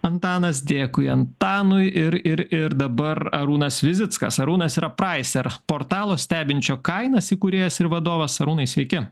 antanas dėkui antanui ir ir ir dabar arūnas vizickas arūnas repraiser portalo stebinčio kainas įkūrėjas ir vadovas arūnai sveiki